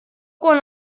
quan